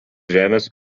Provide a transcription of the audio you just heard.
žemės